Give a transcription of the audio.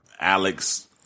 Alex